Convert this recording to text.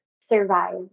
survive